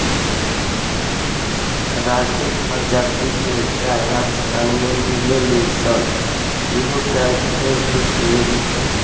राठी प्रजाति के गाय राजस्थान में मिलेली सन इहो गाय ढेरे दूध देवेली सन